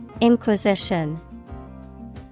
Inquisition